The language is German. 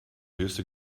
höchste